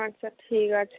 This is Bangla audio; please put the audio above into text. আচ্ছা ঠিক আছে